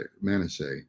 Manasseh